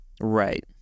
Right